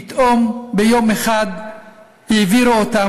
פתאום ביום אחד העבירו אותם.